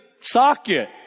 socket